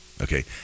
okay